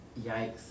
Yikes